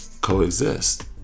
coexist